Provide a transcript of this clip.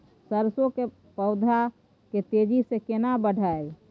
सरसो के पौधा के तेजी से केना बढईये?